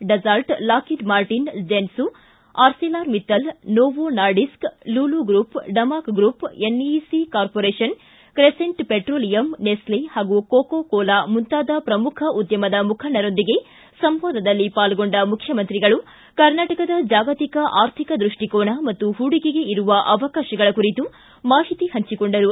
Dassault Lockheed Martin Dentsu Arcelor Mittal Novo Nordisk Lulu group Damac group NEC corporation Crescent petroleum Nestle ಮತ್ತು Coca Cola ಮುಂತಾದ ಪ್ರಮುಖ ಉದ್ಯಮದ ಮುಖಂಡರೊಂದಿಗೆ ಸಂವಾದದಲ್ಲಿ ಪಾಲ್ಗೊಂಡ ಮುಖ್ಯಮಂತ್ರಿಗಳು ಕರ್ನಾಟಕದ ಜಾಗತಿಕ ಆರ್ಥಿಕ ದೃಷ್ಟಿಕೋನ ಮತ್ತು ಪೂಡಿಕೆಗೆ ಇರುವ ಅವಕಾಶಗಳ ಕುರಿತು ಮಾಹಿತಿ ಪಂಚಿಕೊಂಡರು